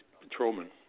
Patrolman